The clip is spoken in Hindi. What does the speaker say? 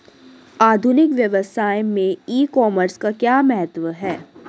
आधुनिक व्यवसाय में ई कॉमर्स का क्या महत्व है?